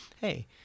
Hey